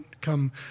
come